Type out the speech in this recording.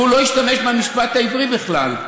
והוא לא השתמש במשפט העברי בכלל.